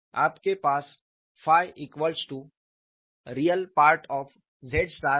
आपके पास Rez है